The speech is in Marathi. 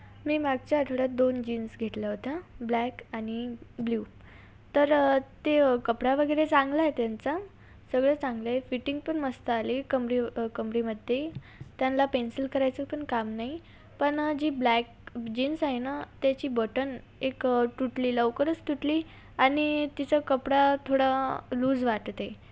मी मागच्या आठवड्यात दोन जीन्स घेतल्या होत्या ब्लॅक आणि ब्ल्यू तर ते कपडा वगैरे चांगला आहे त्यांचा सगळं चांगलं आहे फिटींग पण मस्त आली कमरे कमरेमध्ये त्यांना पेन्सिल करायचं पण काम नाही पण जी ब्लॅक जीन्स आहे ना त्याची बटन एक तुटले लवकरच तुटली आणि तिचा कपडा थोडा लूज वाटत आहे